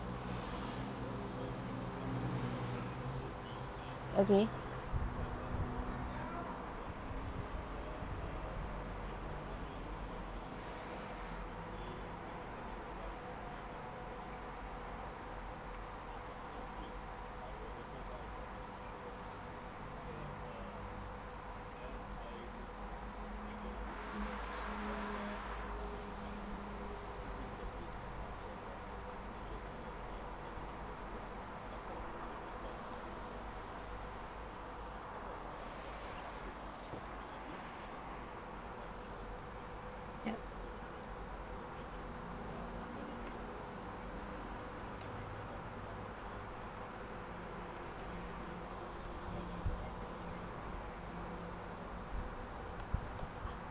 okay yup